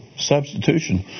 substitution